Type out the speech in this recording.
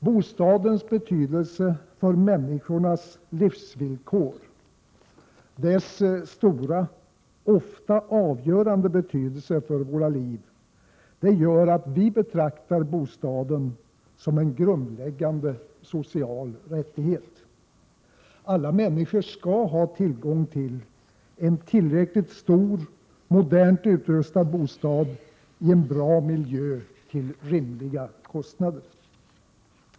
Bostadens betydelse för människornas livsvillkor, dess stora, ofta avgörande betydelse för våra liv, gör att vi betraktar bostaden som en grundläggande social rättighet. Alla människor skall ha tillgång till en tillräckligt stor, modernt utrustad bostad i en bra miljö till rimliga kostnader.